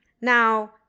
Now